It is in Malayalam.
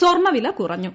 സ്വർണവില കുറഞ്ഞു